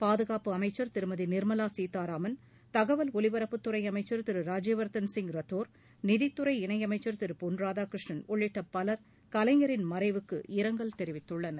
பாதுகாப்பு அமைச்ச் திருமதி நிா்மலா கீதாராமன் தகவல் ஒலிபரப்புத்துறை அமைச்ச் திரு ராஜ்யவர்தன் சிங் ரத்தோர் நிதித்துறை இணை அமைச்சர் திரு பொன் ராதாகிருஷ்ணன் உள்ளிட்ட பலர் கலைஞரின் மறைவுக்கு இரங்கல் தெரிவித்துள்ளனர்